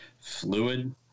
fluid